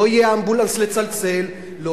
לא יהיה אמבולנס לצלצל אליו,